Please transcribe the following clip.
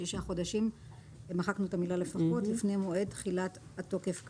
שישה חודשים לפני מועד תחילת התוקף כאמור.